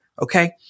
okay